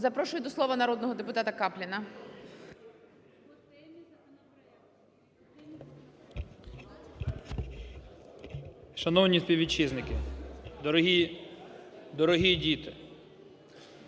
Запрошую до слова народного депутата Капліна.